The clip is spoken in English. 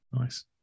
Nice